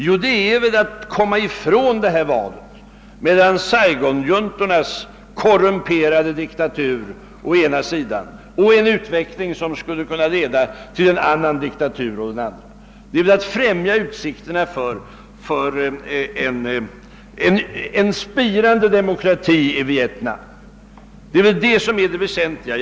Ja, det är naturligtvis att man kan komma ifrån valet mellan å ena sidan Saigonjuntornas korrumperade diktatur, å andra sidan en utveckling som skulle kunna leda till en annan diktatur. Det väsentliga är att främja utsikterna till en spirande demokrati i Vietnam.